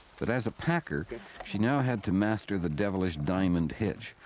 but as a packer but she now had to master the devilish diamond hitch,